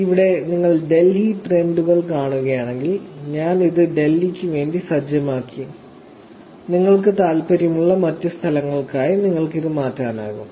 ഇവിടെ നിങ്ങൾ ഡൽഹി ട്രെൻഡുകൾ കാണുകയാണെങ്കിൽ ഞാൻ ഇത് ഡൽഹിക്ക് വേണ്ടി സജ്ജമാക്കി നിങ്ങൾക്ക് താൽപ്പര്യമുള്ള മറ്റ് സ്ഥലങ്ങൾക്കായി നിങ്ങൾക്ക് ഇത് മാറ്റാനാകും